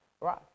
Right